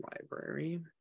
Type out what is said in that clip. library